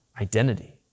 identity